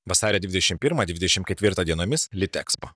vasario dvidešimt pirmą dvidešimt ketvirtą dienomis litekspo